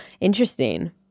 Interesting